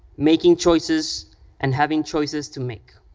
making choices and having choices to make.